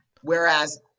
Whereas